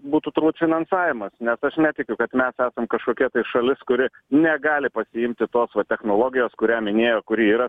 būtų turbūt finansavimas nes aš netikiu kad mes esam kažkokia tai šalis kuri negali pasiimti tos va technologijos kurią minėjo kuri yra